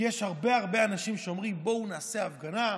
כי הרבה הרבה אנשים אומרים: בואו נעשה הפגנה,